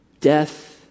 death